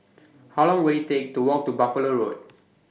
How Long Will IT Take to Walk to Buffalo Road